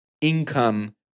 income